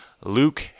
Luke